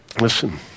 listen